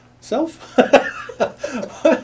self